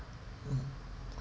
mm